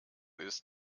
ist